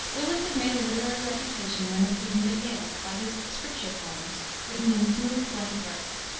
willis had made a literary reputation, when a student at yale, by his scripture poems, written in smooth blank verse.